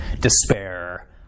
despair